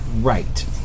Right